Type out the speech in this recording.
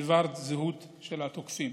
בדבר הזהות של התוקפים.